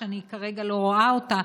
שאני כרגע לא רואה אותה,